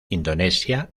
indonesia